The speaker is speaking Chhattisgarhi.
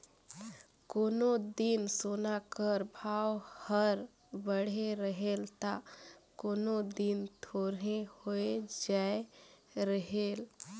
कोनो दिन सोना कर भाव हर बढ़े रहेल ता कोनो दिन थोरहें होए जाए रहेल